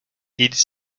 ils